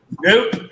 Nope